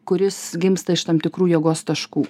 kuris gimsta iš tam tikrų jėgos taškų